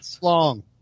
Long